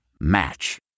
Match